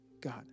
God